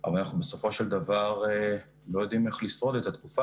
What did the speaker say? אבל אנחנו לא יודעים איך לשרוד את התקופה